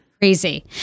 Crazy